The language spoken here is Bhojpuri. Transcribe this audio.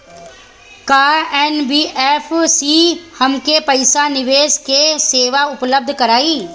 का एन.बी.एफ.सी हमके पईसा निवेश के सेवा उपलब्ध कराई?